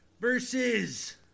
versus